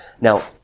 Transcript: Now